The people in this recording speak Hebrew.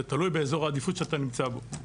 זה תלוי באזור העדיפות שאתה נמצא בו.